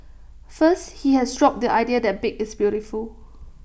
first he has dropped the idea that big is beautiful